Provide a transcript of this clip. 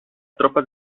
tropa